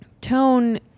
tone